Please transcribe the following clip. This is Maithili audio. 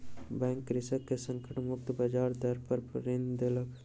बैंक कृषक के संकट मुक्त ब्याज दर पर ऋण देलक